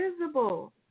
visible